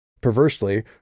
Perversely